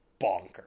bonkers